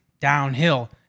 downhill